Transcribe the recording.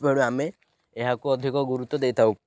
ଆମେ ଏହାକୁ ଅଧିକ ଗୁରୁତ୍ୱ ଦେଇଥାଉ